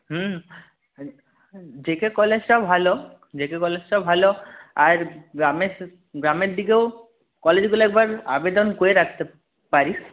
হুম J K কলেজটা ভালো J K কলেজটা ভালো আর গ্রামের গ্রামের দিকেও কলেজগুলো একবার আবেদন করে রাখতে পারিস